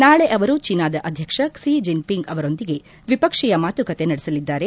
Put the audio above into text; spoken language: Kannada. ನಾಳೆ ಅವರು ಚೀನಾದ ಅಧ್ಯಕ್ಷ ಕ್ಸಿ ಜಿನ್ಪಿಂಗ್ ಅವರೊಂದಿಗೆ ದ್ವಿಪಕ್ಷೀಯ ಮಾತುಕತೆ ನಡೆಸಲಿದ್ದಾರೆ